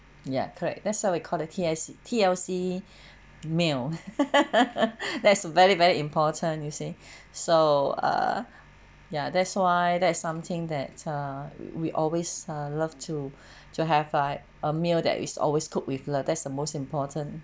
ya correct that's why we call the T_S T_L_C meal that's very very important you see so uh ya that's why that is something that err we always uh love to to have like a meal that is always cook with love that's the most important